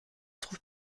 trouve